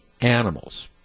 animals